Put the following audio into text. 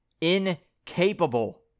incapable